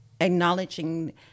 acknowledging